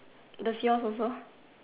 the kiosk also